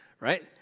right